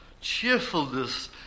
Cheerfulness